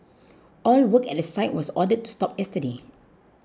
all work at the site was ordered to stop yesterday